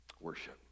worship